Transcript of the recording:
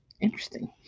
Interesting